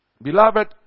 Beloved